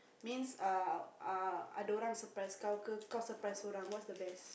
means uh uh uh surprise Kau Ke Kau surprise orang what's the best